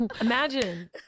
Imagine